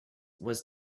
was